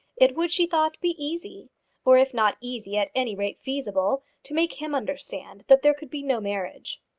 it would, she thought, be easy or if not easy at any rate feasible to make him understand that there could be no marriage.